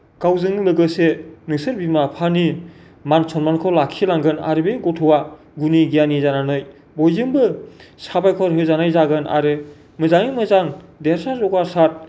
गावजों लोगोसे नोंसोर बिमा बिफानि मान सन्मानखौ लाखिलांगोन आरो बे गथ'आ गुनि गियानि जानानै बयजोंबो साबायखर होजानाय जागोन आरो मोजाङै मोजां देरहासार जौगासार